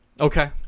Okay